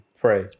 Pray